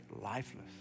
lifeless